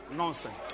nonsense